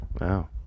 wow